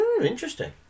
Interesting